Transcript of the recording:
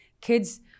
kids